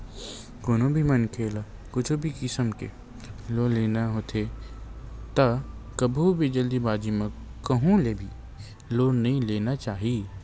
कोनो भी मनखे ल कुछु भी किसम के लोन लेना होथे त कभू भी जल्दीबाजी म कहूँ ले भी लोन नइ ले लेना चाही